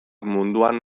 munduan